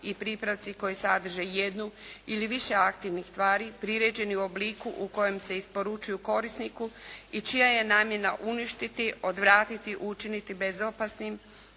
i pripravci koji sadrže jednu ili više aktivnih tvari priređeni u obliku u kojem se isporučuju korisniku i čija je namjera uništiti, odvratiti, učiniti bezopasnim,